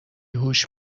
هوش